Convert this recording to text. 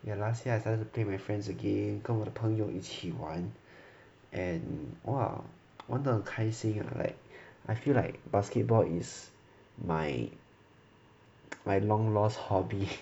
ya last year I started to play with friends again 跟我的朋友一起玩 and !wah! 玩得很开心 ah like I feel like basketball is my my long lost hobby